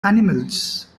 animals